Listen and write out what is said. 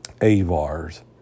Avars